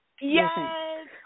Yes